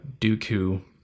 Dooku